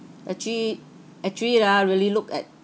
actually actually lah really looked at